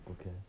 okay